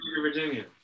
Virginia